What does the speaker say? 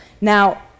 Now